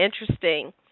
interesting